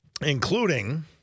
including